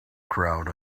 crowd